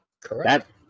Correct